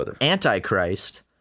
Antichrist